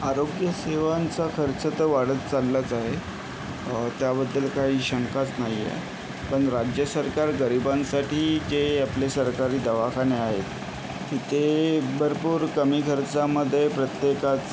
आरोग्यसेवांचा खर्च तर वाढत चाललाच आहे त्याबद्दल काही शंकाच नाही आहे पण राज्य सरकार गरिबांसाठी जे आपले सरकारी दवाखाने आहेत तिथे भरपूर कमी खर्चामध्ये प्रत्येकाचं